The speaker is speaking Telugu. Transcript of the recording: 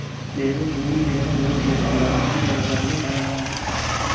నేను భూమి మీద లోను తీసుకోడానికి ఎవర్ని కలవాలి?